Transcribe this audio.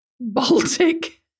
Baltic